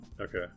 Okay